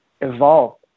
evolve